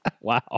Wow